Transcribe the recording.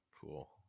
Cool